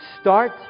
start